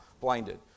blinded